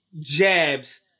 jabs